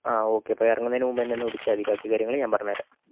ആ ഓക്കെ അപ്പോൾ ഇറങ്ങുന്നതിന് മുൻപ് എന്നെ ഒന്ന് വിളിച്ചാൽ മതി ബാക്കി കാര്യങ്ങൾ ഞാൻ പറഞ്ഞ് തരാം